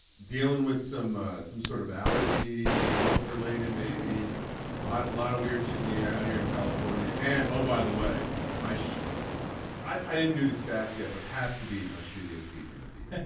dealing with some some sort of allergy smoke related maybe a lot a lot of weird shit in the air out here in california. and oh by the way my shirt i didn't do the stats yet but has to be my shittiest weekend of the year.